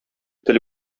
тел